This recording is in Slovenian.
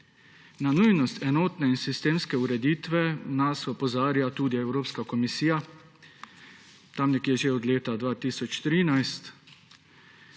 Na nujnost enotne in sistemske ureditve nas opozarja tudi Evropska komisija že nekje od leta 2013,